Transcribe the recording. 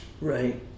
Right